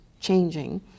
changing